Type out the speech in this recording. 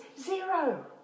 Zero